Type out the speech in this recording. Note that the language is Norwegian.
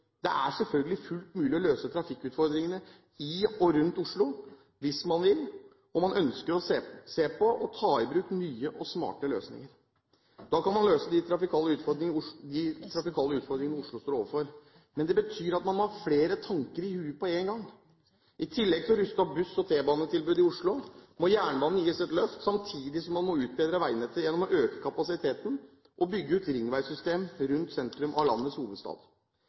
Det er selvfølgelig fullt mulig å møte trafikkutfordringene i og rundt Oslo hvis man vil, og hvis man ønsker å se på og ta i bruk nye og smarte løsninger. Da kan man møte de trafikale utfordringene Oslo står overfor. Men det betyr at man må ha flere tanker i hodet på en gang. I tillegg til å ruste opp buss- og T-banetilbudet i Oslo må jernbanen gis et løft, samtidig som man må utbedre veinettet gjennom å øke kapasiteten og bygge ut ringveisystemet rundt sentrum av landets hovedstad.